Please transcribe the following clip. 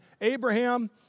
Abraham